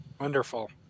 Wonderful